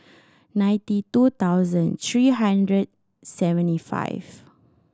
ninety two thousand three hundred seventy five